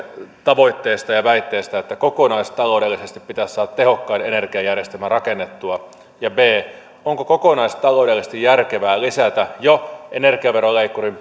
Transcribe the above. tavoitteesta ja väitteestä että kokonaistaloudellisesti pitäisi saada tehokkain energiajärjestelmä rakennettua ja onko kokonaistaloudellisesti järkevää lisätä jo energiaveroleikkurin